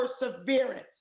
perseverance